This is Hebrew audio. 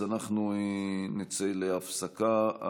אז אנחנו נצא להפסקה.